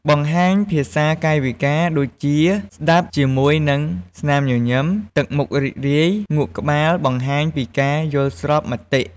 បង្ហាញភាសាកាយវិការដូចជា ស្តាប់ជាមួយនឹងស្នាមញញឹម ទឹកមុខរីករាយ ងក់ក្បាលបង្ហាញពីការយល់ស្របមតិ។